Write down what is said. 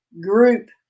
Group